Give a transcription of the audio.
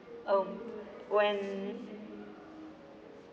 um when